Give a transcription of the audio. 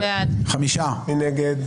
מי נגד?